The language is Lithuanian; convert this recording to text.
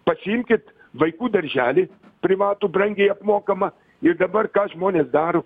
pasiimkit vaikų darželį privatų brangiai apmokamą ir dabar ką žmonės daro